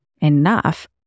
enough